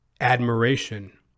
admiration